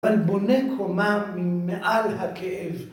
אבל בונה קומה מעל הכאב